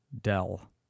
Dell